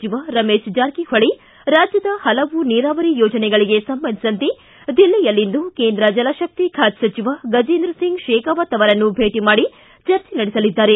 ಸಚಿವ ರಮೇಶ್ ಜಾರಕಿಹೊಳಿ ರಾಜ್ಯದ ಹಲವು ನೀರಾವರಿ ಯೋಜನೆಗಳಿಗೆ ಸಂಬಂಧಿಸಿದಂತೆ ದಿಲ್ಲಿಯಲ್ಲಿಂದು ಕೇಂದ್ರ ಜಲಶಕ್ತಿ ಖಾತೆ ಸಚಿವ ಗಜೇಂದ್ರ ಸಿಂಗ್ ಶೇಖಾವತ್ ಅವರನ್ನು ಭೇಟಿ ಮಾಡಿ ಚರ್ಚೆ ನಡೆಸಲಿದ್ದಾರೆ